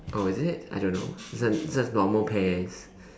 oh is it I don't know this one this one's normal pears